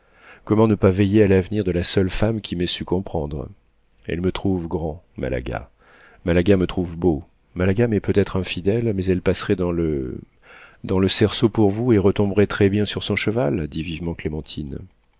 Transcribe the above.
comment ne pas veiller à l'avenir de la seule femme qui m'ait su comprendre elle me trouve grand malaga malaga me trouve beau malaga m'est peut-être infidèle mais elle passerait dans le dans le cerceau pour vous et retomberait très-bien sur son cheval dit vivement clémentine